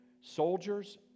soldiers